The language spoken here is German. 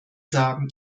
sagen